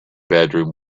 bedroom